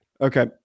Okay